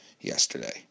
yesterday